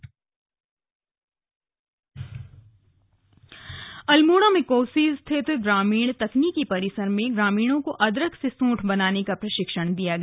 प्रशिक्षण अल्मोड़ा अल्मोड़ा में कोसी स्थित ग्रामीण तकनीकि परिसर में ग्रामीणों को अदरक से सौंठ बनाने का प्रशिक्षण दिया गया